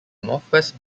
northwest